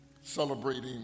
celebrating